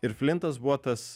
ir flintas buvo tas